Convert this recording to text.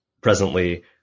presently